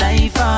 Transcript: Life